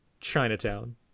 Chinatown